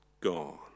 gone